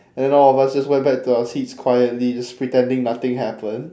and then all of us just went back to our seats quietly just pretending nothing happened